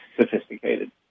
sophisticated